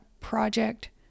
project